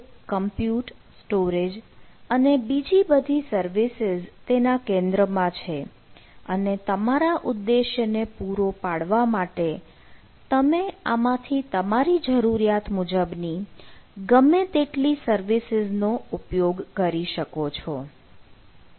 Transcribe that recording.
તો compute storage અને બીજી બધી સર્વિસીઝ તેના કેન્દ્રમાં છે અને તમારા ઉદ્દેશ્યને પૂરો પાડવા માટે તમે આમાંથી તમારી જરૂરિયાત મુજબની ગમે તેટલી સર્વિસીઝ નો ઉપયોગ કરી શકો છો